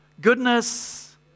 Goodness